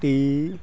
T